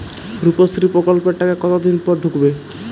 রুপশ্রী প্রকল্পের টাকা কতদিন পর ঢুকবে?